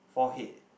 forehead